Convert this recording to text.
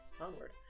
Onward